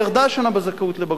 ירדה השנה בזכאות לבגרות.